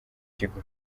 kigo